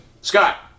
Scott